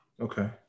Okay